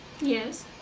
Yes